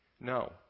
No